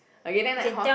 okay then like hor